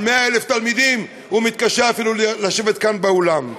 על 100,000 תלמידים הוא מתקשה אפילו לשבת כאן באולם.